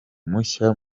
mushya